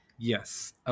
Yes